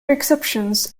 exceptions